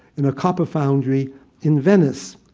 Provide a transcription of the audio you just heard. in a copper foundry in venice.